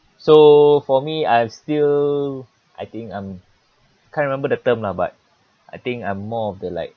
so for me I still I think I'm I can't remember the term lah but I think I'm more of the like